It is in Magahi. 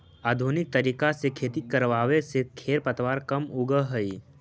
आधुनिक तरीका से खेती करवावे से खेर पतवार कम उगह हई